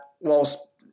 whilst